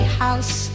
house